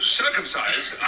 circumcised